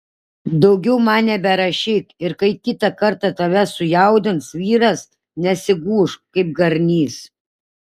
daugiau man neberašyk ir kai kitą kartą tave sujaudins vyras nesigūžk kaip garnys